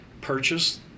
purchase